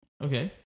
Okay